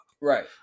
right